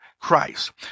Christ